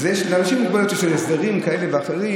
לאנשים עם מוגבלויות יש הסדרים כאלה ואחרים.